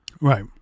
Right